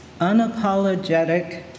unapologetic